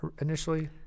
initially